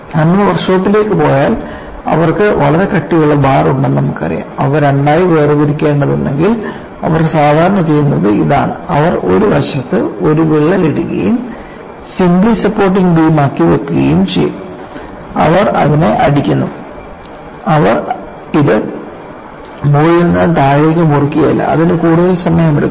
നമ്മൾ വർക്ക്ഷോപ്പിലേക്ക് പോയാൽ അവർക്ക് വളരെ കട്ടിയുള്ള ബാർ ഉണ്ടെന്ന് നമുക്കറിയാം അവ രണ്ടായി വേർതിരിക്കേണ്ടതുണ്ടെങ്കിൽ അവർ സാധാരണ ചെയ്യുന്നത് ഇതാണ് അവർ ഒരു വശത്ത് ഒരു വിള്ളൽ ഇടുകയും സിംപ്ലി സപ്പോർട്ടിംഗ് ബീം ആയി വെക്കുകയും ചെയ്യും അവർ അതിനെ അടിക്കുന്നു അവർ ഇത് മുകളിൽ നിന്ന് താഴേക്ക് മുറിക്കുകയില്ല അതിന് കൂടുതൽ സമയമെടുക്കും